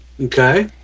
Okay